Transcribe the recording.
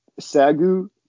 SAGU